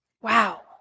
Wow